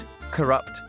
corrupt